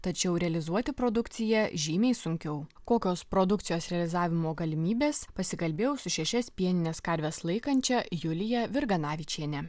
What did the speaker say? tačiau realizuoti produkciją žymiai sunkiau kokios produkcijos realizavimo galimybės pasikalbėjau su šešias pienines karves laikančia julija virganavičiene